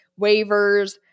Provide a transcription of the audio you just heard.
waivers